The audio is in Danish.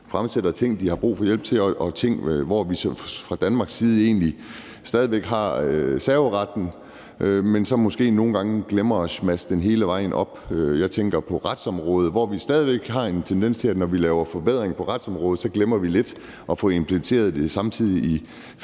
om ting, de har brug for hjælp til, og ting, hvor vi fra Danmarks side egentlig stadig væk har serveretten, men så måske nogle gange glemmer at smashe den hele vejen op. Jeg tænker på retsområdet, hvor vi stadig væk har en tendens til, at når vi laver forbedringer på retsområdet, glemmer vi lidt at få implementeret det samtidig i